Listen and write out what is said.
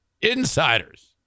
insiders